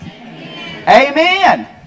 Amen